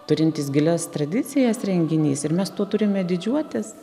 turintis gilias tradicijas renginys ir mes tuo turime didžiuotis